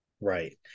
Right